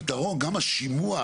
ומצד שלישי,